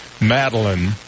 Madeline